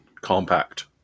compact